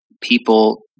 people